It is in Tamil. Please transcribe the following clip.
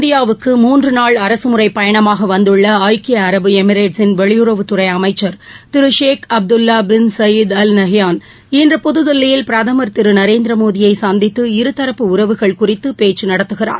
இந்தியாவுக்கு மூன்று நாள் அரசுமுறைப் பயணமாக வந்துள்ள ஐக்கிய அரபு எமிரேட்ஸின் வெளியுறவுத்துறை அமைச்சர் திரு Sheikh Abdullah bin Zayed Al Nahyan இன்று புதுதில்லியில் பிரதமர் திரு நரேந்திர மோடியை சந்தித்து இருதரப்பு உறவுகள் குறித்து பேச்சு நடத்துகிறார்